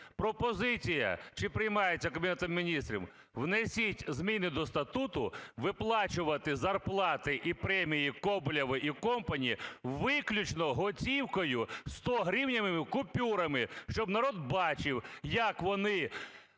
Пропозиція чи приймається Кабінетом Міністрів, внесіть зміни до статуту - виплачувати зарплати і премії Коболєву і company виключно готівкою, 100-гривневими купюрами, щоб народ бачив як вони